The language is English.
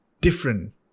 different